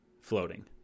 floating